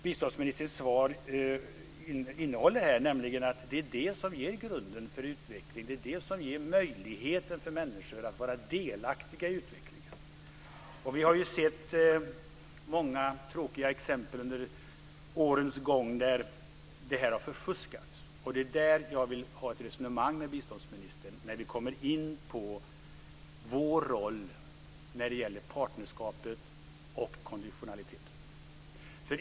Biståndsministerns anförande gav svaret, nämligen att detta mål är grunden för utvecklingen, dvs. ger möjligheten för människor att vara delaktiga i utvecklingen. Vi har sett många tråkiga exempel under årens gång på hur detta har förfuskats. Där vill jag ha ett resonemang med biståndsministern när vi kommer in på vår roll i partnerskapet och konditionaliteten.